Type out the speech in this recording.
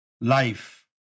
life